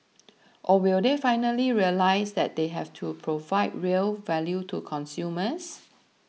or will they finally realise that they have to provide real value to consumers